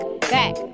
back